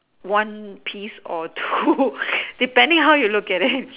one piece or two depending how you look at it